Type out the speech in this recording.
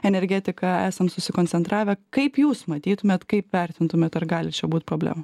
energetiką esam susikoncentravę kaip jūs matytumėt kaip vertintumėt ar gali būt problemų